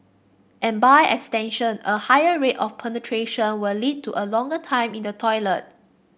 and by extension a higher rate of penetration will lead to a longer time in the toilet